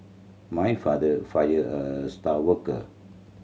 my father fired a star worker